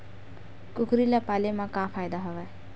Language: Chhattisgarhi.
कुकरी ल पाले म का फ़ायदा हवय?